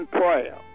prayer